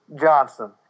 Johnson